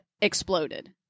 exploded